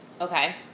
Okay